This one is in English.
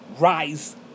Rise